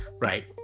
right